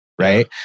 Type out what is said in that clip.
right